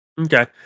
Okay